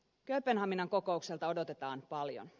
kööpenhaminan kokoukselta odotetaan paljon